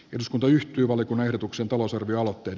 jos kunta yhtyy valkohertuksen talousarvioaloitteen